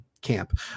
camp